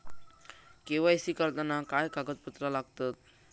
KYC करताना काय कागदपत्रा लागतत?